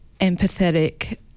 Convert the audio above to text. empathetic